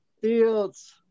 Fields